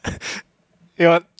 ya